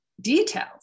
details